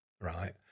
right